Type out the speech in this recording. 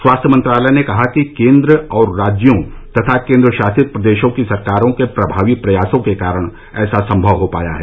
स्वास्थ्य मंत्रालय ने कहा कि केन्द्र और राज्यों तथा केन्द्र शासित प्रदेशों की सरकारों के प्रभावी प्रयासों के कारण ऐसा संभव हो पाया है